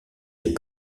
les